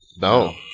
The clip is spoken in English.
No